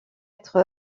être